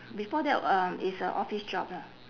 before that um it's a office job lah